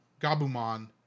Gabumon